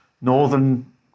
northern